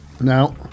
Now